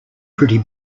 pretty